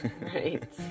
Right